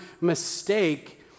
mistake